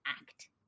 act